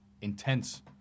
intense